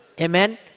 Amen